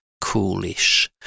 Coolish